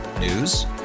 News